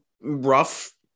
rough